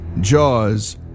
Jaws